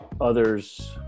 Others